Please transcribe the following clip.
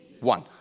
one